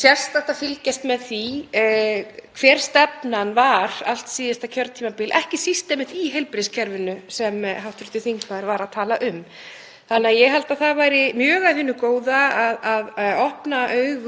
tala um. Ég held því að það væri mjög af hinu góða að opna augu ríkisstjórnarinnar og ekki síst Sjálfstæðisflokksins fyrir þessum veruleika, að við erum að horfa á þetta starfsöryggi og þessar breytur hjá ríkinu